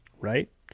Right